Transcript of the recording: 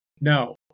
No